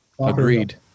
Agreed